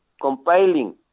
compiling